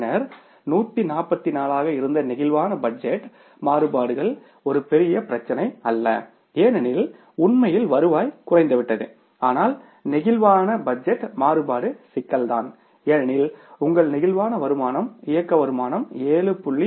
பின்னர் 144 ஆக இருந்த பிளேக்சிபிள் பட்ஜெட் மாறுபாடுகள் ஒரு பெரிய பிரச்சனையல்ல ஏனெனில் உண்மையில் வருவாய் குறைந்துவிட்டது ஆனால் பிளேக்சிபிள் பட்ஜெட் மாறுபாடு சிக்கல் தான் ஏனெனில் உங்கள் நெகிழ்வான வருமானம் இயக்க வருமானம் 7